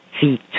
feet